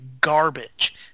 garbage